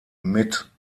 mit